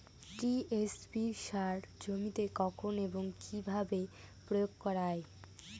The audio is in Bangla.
টি.এস.পি সার জমিতে কখন এবং কিভাবে প্রয়োগ করা য়ায়?